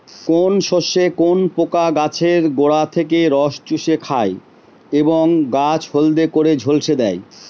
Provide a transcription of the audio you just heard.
কোন শস্যে কোন পোকা গাছের গোড়া থেকে রস চুষে খায় এবং গাছ হলদে করে ঝলসে দেয়?